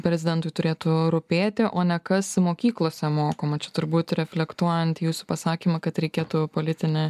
prezidentui turėtų rūpėti o ne kas mokyklose mokoma čia turbūt reflektuojant jūsų pasakymą kad reikėtų politinę